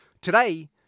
Today